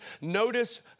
Notice